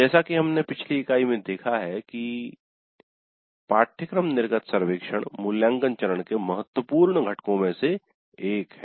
जैसा कि हमने पिछली इकाई में देखा है कि पाठ्यक्रम निर्गत सर्वेक्षण मूल्यांकन चरण के महत्वपूर्ण घटकों में से एक है